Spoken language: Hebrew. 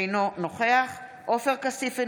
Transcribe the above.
אינו נוכח עופר כסיף,